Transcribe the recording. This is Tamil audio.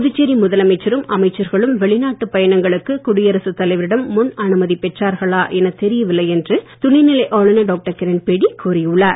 புதுச்சேரி முதலமைச்சரும் அமைச்சர்களும் வெளிநாட்டு பயணங்களுக்கு குடியரசு தலைவரிடம் முன் அனுமதி பெற்றார்களா என தெரியவில்லை என்று துணை நிலை ஆளுநர் டாக்டர் கிரண்பேடி கூறி உள்ளார்